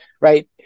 right